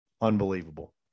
Unbelievable